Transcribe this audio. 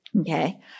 Okay